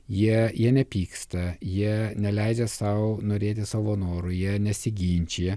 jie jie nepyksta jie neleidžia sau norėti savo noru jie nesiginčija